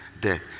death